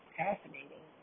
fascinating